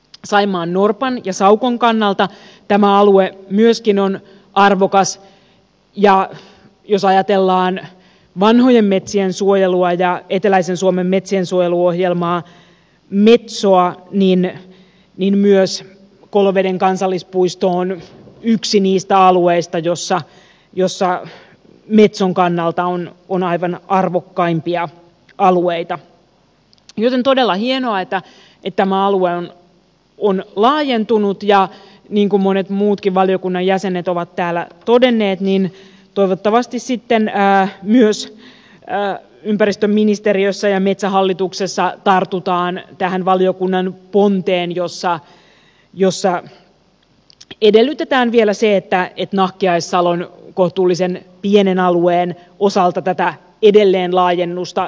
saimaannorpan ja saukon kannalta tämä alue myöskin on arvokas ja jos ajatellaan vanhojen metsien suojelua ja eteläisen suomen metsiensuojeluohjelmaa metsoa niin myös koloveden kansallispuisto on yksi niistä alueista joilla metson kannalta on aivan arvokkaimpia alueita joten todella hienoa että tämä alue on laajentunut ja niin kuin monet muutkin valiokunnan jäsenet ovat täällä todenneet toivottavasti sitten myös ympäristöministeriössä ja metsähallituksessa tartutaan tähän valiokunnan ponteen jossa edellytetään vielä se että nahkiaissalon kohtuullisen pienen alueen osalta tätä edelleenlaajennusta selvitetään